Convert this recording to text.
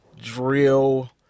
drill